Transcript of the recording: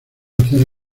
hacer